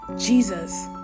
jesus